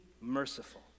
merciful